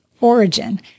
origin